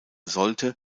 sollte